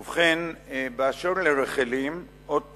ובכן, באשר לרחלים, עוד פעם,